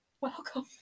welcome